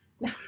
no